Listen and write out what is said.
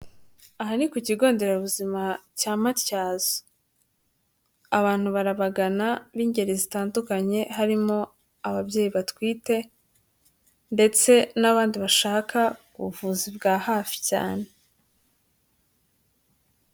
Aha ni ku kigo nderabuzima cya Matyazo. Abantu barabagana b'ingeri zitandukanye harimo ababyeyi batwite ndetse n'abandi bashaka ubuvuzi bwa hafi cyane.